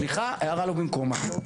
סליחה, הערה לא במקומה.